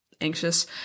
anxious